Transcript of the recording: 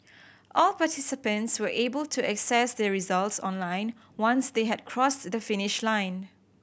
all participants were able to access their results online once they had crossed the finish line